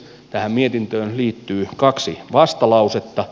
tähän mietintöön liittyy kaksi vastalausetta